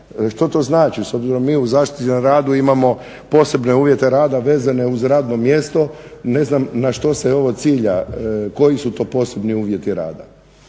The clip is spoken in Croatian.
Što to znači? S obzirom mi u zaštiti na radu imamo posebne uvjete rada vezane uz radno mjesto, ne znam na što se ovo cilja? Koji su to posebni uvjeti rada?